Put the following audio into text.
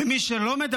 אז גם לו מותר